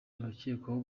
abakekwaho